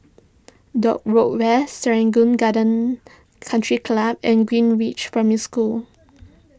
Dock Road West Serangoon Gardens Country Club and Greenridge Primary School